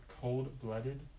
cold-blooded